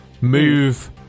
move